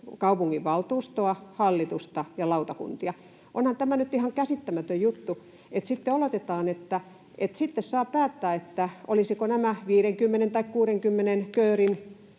kaupunginvaltuustoa, -hallitusta ja lautakuntia. Onhan tämä nyt ihan käsittämätön juttu, että sitten oletetaan, että saa päättää, olisiko näiden 50 tai 60 köörin